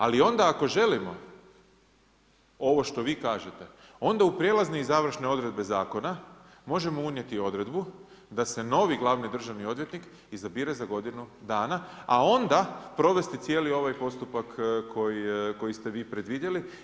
Ali onda ako želimo ovo što vi kažete, onda u prijelazne i završne odredbe zakona možemo unijeti odredbu da se novi glavni državni odvjetnik izabire za godinu dana, a onda provesti cijeli ovaj postupak koji ste vi predvidjeli.